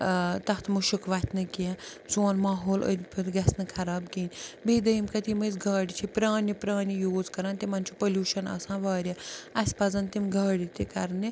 ٲں تَتھ مُشُک وۄتھہِ نہٕ کیٚنٛہہ سون ماحول أنٛدۍ پٔکۍ گژھہِ نہٕ خراب کہیٖنۍ بیٚیہِ دوٚیِم کَتھ یِم أسۍ گاڑِ چھِ پرٛانہِ پرٛانہِ یوٗز کَران تِمَن چھُ پوٚلیٛوٗشَن آسان واریاہ اسہِ پَزیٚن تِم گاڑِ تہِ کَرنہِ